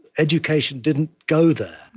education didn't go there.